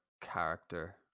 character